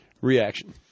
reaction